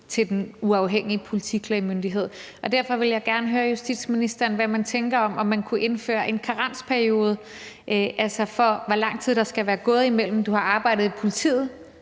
til Den Uafhængige Politiklagemyndighed. Derfor vil jeg gerne høre justitsministeren om, hvad man tænker om at indføre en karensperiode for, hvor lang tid der skal være gået, fra du har arbejdet i politiet,